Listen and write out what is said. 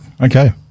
Okay